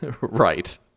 Right